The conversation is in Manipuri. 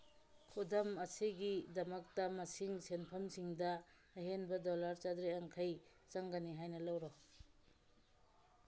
ꯈꯨꯗꯝ ꯑꯁꯤꯒꯤꯗꯃꯛꯇ ꯃꯁꯤꯡ ꯁꯦꯟꯐꯝꯁꯤꯡꯗ ꯑꯍꯦꯟꯕ ꯗꯣꯂꯔ ꯆꯥꯇ꯭ꯔꯦꯠ ꯌꯥꯡꯈꯩ ꯆꯪꯒꯅꯤ ꯍꯥꯏꯅ ꯂꯧꯔꯣ